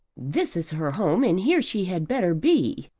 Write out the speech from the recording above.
this is her home and here she had better be.